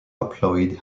haploid